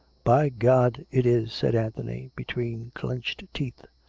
by god! it is! said anthony, between clenched teeth.